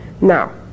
now